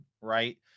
right